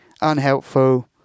unhelpful